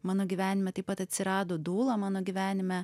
mano gyvenime taip pat atsirado dūla mano gyvenime